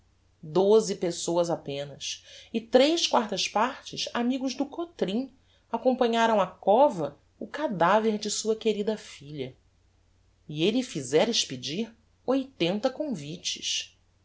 doze pessoas apenas e tres quartas partes amigos do cotrim acompanharam á cova o cadaver de sua querida filha e elle fizera expedir oitenta convites